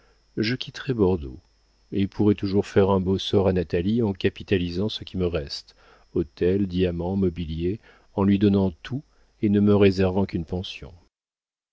je quitterai bordeaux et pourrai toujours faire un beau sort à natalie en capitalisant ce qui me reste hôtel diamants mobilier en lui donnant tout et ne me réservant qu'une pension